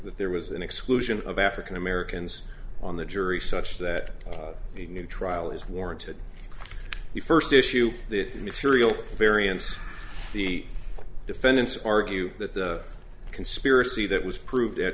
that there was an exclusion of african americans on the jury such that the new trial is warranted the first issue if your real variance the defendants argue that the conspiracy that was proved